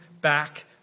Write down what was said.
Back